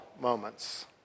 moments